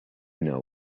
know